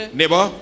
neighbor